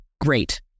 Great